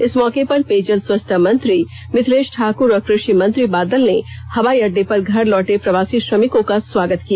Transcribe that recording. इस मौके पर पेयजल स्वच्छता मंत्री मिथिलेष ठाक़्र और कृषि मंत्री बादल ने हवाईअडडे पर घर लौटे प्रवासी श्रमिकों का स्वागत किया